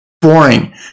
Boring